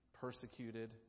persecuted